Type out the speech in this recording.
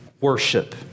Worship